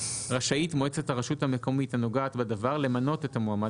רשאית מועצת הרשות המקומית הנוגעת בדבר למנות את המועמד